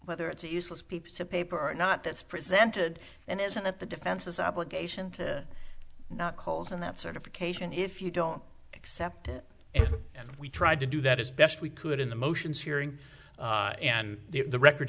whether it's useless people to paper or not that's presented and isn't it the defense's obligation to not calls on that certification if you don't accept it and we tried to do that as best we could in the motions hearing and the record